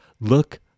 look